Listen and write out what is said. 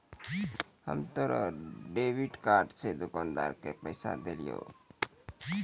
हम तोरा debit card से दुकानदार के पैसा देलिहों